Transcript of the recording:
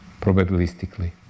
probabilistically